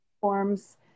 forms